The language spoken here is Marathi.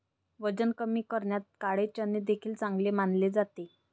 वजन कमी करण्यात काळे चणे देखील चांगले मानले जाते